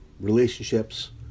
relationships